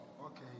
Okay